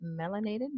Melanated